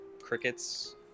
crickets